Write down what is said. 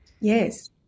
Yes